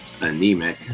anemic